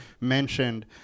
mentioned